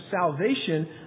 salvation